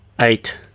eight